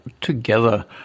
together